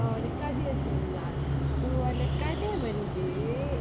oh the கதைய சொல்லு:kathaiya sollu lah so அந்த கத வந்து:andha katha vanthu